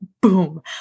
Boom